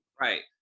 Right